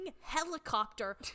helicopter